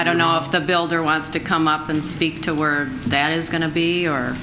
i don't know if the builder wants to come up and speak to word that is going to be or